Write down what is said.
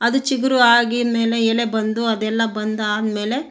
ಅದು ಚಿಗುರು ಆಗೀನ ಮೇಲೆ ಎಲೆ ಬಂದು ಅದೆಲ್ಲ ಬಂದು ಆದಮೇಲೆ